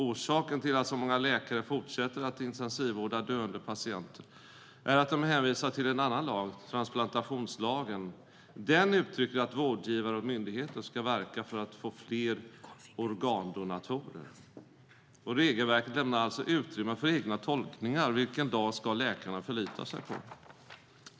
Orsaken till att så många läkare fortsätter att intensivvårda döende patienter är att de hänvisar till en annan lag, transplantationslagen. Den uttrycker att vårdgivare och myndigheter ska verka för att få fler organdonatorer. Regelverket lämnar alltså utrymme för egna tolkningar. Vilken lag ska läkarna förlita sig på?